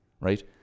Right